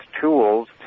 tools